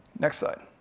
next slide.